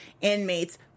inmates